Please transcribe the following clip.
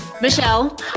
Michelle